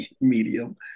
medium